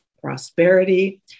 prosperity